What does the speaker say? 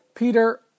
Peter